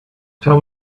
tell